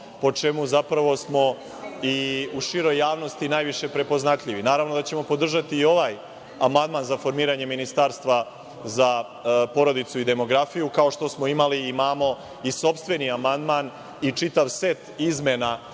po čemu smo u široj javnosti najviše prepoznatljivi. Naravno da ćemo podržati i ovaj amandman za formiranje ministarstva za porodicu i demografiju, kao što smo imali i imamo sopstveni amandman i čitav set izmena